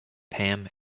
pam